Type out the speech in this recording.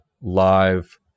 live